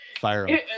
Fire